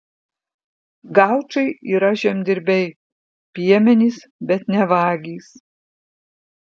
gaučai yra žemdirbiai piemenys bet ne vagys